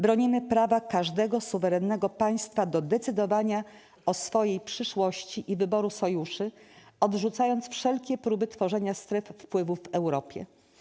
Bronimy prawa każdego suwerennego państwa do decydowania o swojej przyszłości i wyboru sojuszy, odrzucając wszelkie próby tworzenia stref wpływu w Europie.